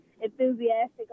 enthusiastic